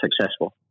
successful